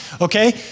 okay